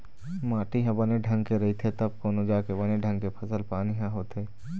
माटी ह बने ढंग के रहिथे तब कोनो जाके बने ढंग के फसल पानी ह होथे